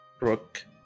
Rook